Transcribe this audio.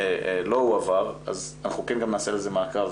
לא הועבר, אז אנחנו נעשה לזה מעקב.